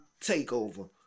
Takeover